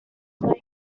roi